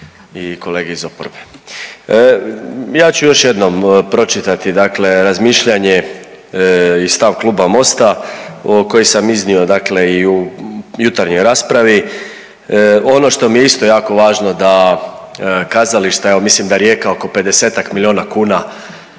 i kolege iz oporbe, ja ću još jednom pročitati dakle razmišljanje i stav Kluba MOST-a koji sam iznio dakle i u jutarnjoj raspravi. Ono što mi je isto jako važno da kazališta, evo mislim da Rijeka oko 50-ak miliona kuna,